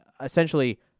essentially